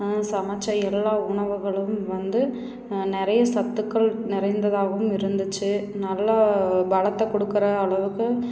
சமைச்ச எல்லா உணவுகளும் வந்து நிறைய சத்துக்கள் நிறைந்ததாகவும் இருந்துச்சு நல்லா பலத்தை கொடுக்குற அளவுக்கு